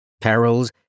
perils